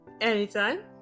Anytime